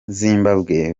zimbabwe